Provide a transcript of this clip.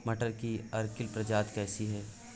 मटर की अर्किल प्रजाति कैसी है?